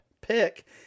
pick